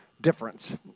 difference